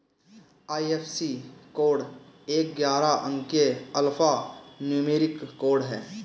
IFSC code एक ग्यारह अंकीय अल्फा न्यूमेरिक कोड है